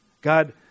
God